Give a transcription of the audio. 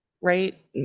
right